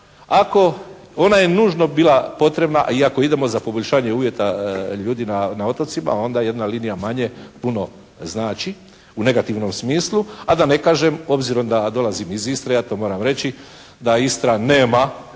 Ona je nužno bila potrebna i ako idemo za poboljšanjem uvjeta ljudi na otocima, onda jedna linija manje puno znači u negativnom smislu, a da ne kažem, obzirom da dolazim iz Istre ja to moram reći, da Istra nema